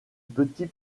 petit